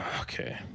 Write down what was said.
Okay